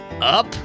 up